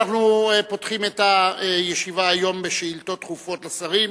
אנחנו פותחים את הישיבה היום בשאילתות דחופות לשרים.